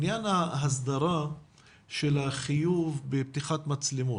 העניין של ההסדרה בחיוב פתיחת המצלמות,